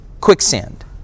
quicksand